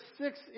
six